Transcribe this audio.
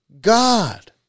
God